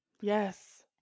yes